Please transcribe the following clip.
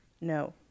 no